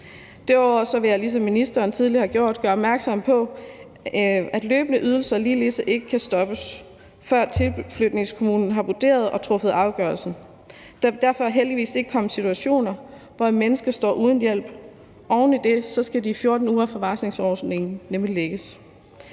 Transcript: opmærksom på, ligesom ministeren tidligere har gjort, at løbende ydelser ikke kan stoppes, før tilflytningskommunen har vurderet sagen og truffet afgørelse. Der vil derfor heldigvis ikke komme situationer, hvor et menneske står uden hjælp. Oven i det skal de 14 uger fra varslingsordningen nemlig lægges.